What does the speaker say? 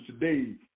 today